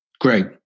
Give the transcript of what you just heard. Great